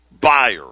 buyer